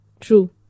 True